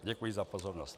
Děkuji za pozornost.